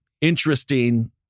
interesting